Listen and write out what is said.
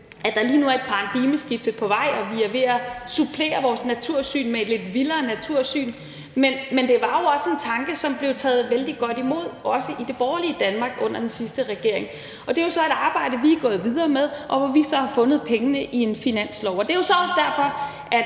at der lige nu er et paradigmeskifte på vej, og at vi er ved at supplere vores natursyn med et lidt vildere natursyn, men det var jo også en tanke, som blev taget vældig godt imod, også i det borgerlige Danmark, under den sidste regering. Det er jo så et arbejde, vi er gået videre med, og hvor vi har fundet pengene i en finanslov. Det er så også derfor, det